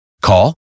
Call